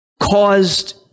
caused